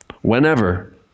whenever